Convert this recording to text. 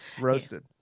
Roasted